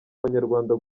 abanyarwanda